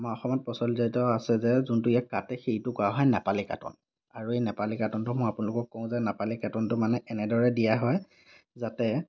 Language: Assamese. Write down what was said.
আমাৰ অসমত প্ৰচলিত আছে যে যোনটো ইয়াত কাটে সেইটো কোৱা হয় নেপালী কাটন আৰু এই নেপালী কাটনটো মই আপোনালোকক কওঁ যে নেপালী কাটনটো মানে এনেদৰে দিয়া হয় যাতে